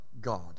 god